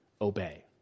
obey